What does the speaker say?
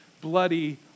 bloody